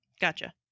Gotcha